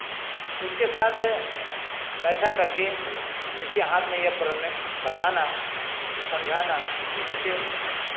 उसके साथ पैसा करके उसके हाथ में यह प्रनय बताना समझाना कि बच्चे